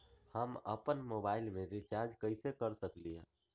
हम अपन मोबाइल में रिचार्ज कैसे कर सकली ह?